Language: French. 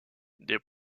des